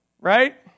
Right